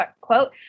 quote